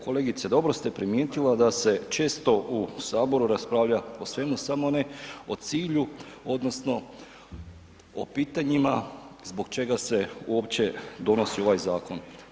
Kolegice, dobro ste primijetila da se često u Saboru raspravlja o svemu samo ne o cilju, odnosno o pitanjima zbog čega se uopće donosi ovaj zakon.